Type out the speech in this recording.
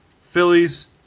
Phillies